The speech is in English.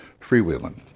freewheeling